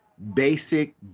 Basic